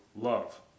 love